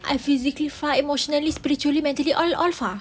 I physically far emotionally spiritually mentally all all far